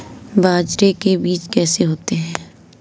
बाजरे के बीज कैसे होते हैं?